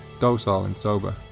docile, and sober.